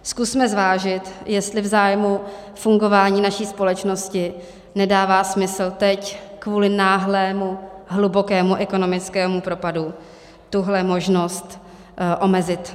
Zkusme zvážit, jestli v zájmu fungování naší společnosti nedává smysl teď kvůli náhlému hlubokému ekonomickému propadu tuhle možnost omezit.